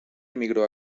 emigró